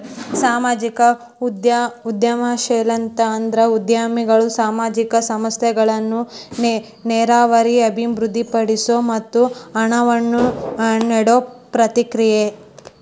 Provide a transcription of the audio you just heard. ಸಾಮಾಜಿಕ ಉದ್ಯಮಶೇಲತೆ ಅಂದ್ರ ಉದ್ಯಮಿಗಳು ಸಾಮಾಜಿಕ ಸಮಸ್ಯೆಗಳನ್ನ ನೇರವಾಗಿ ಅಭಿವೃದ್ಧಿಪಡಿಸೊ ಮತ್ತ ಹಣವನ್ನ ನೇಡೊ ಪ್ರಕ್ರಿಯೆ